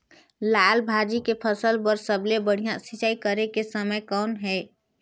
लाल भाजी के फसल बर सबले बढ़िया सिंचाई करे के समय कौन हे?